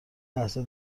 لحظه